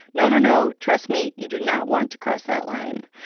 no, no, no, trust me you do not want to cross that line.